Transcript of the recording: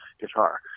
guitar